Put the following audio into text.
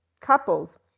couples